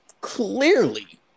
clearly